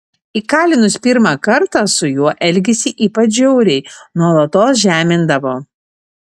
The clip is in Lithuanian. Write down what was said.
įkalinus pirmą kartą su juo elgėsi ypač žiauriai nuolatos žemindavo